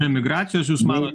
emigracijos jūs manot